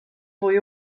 fwy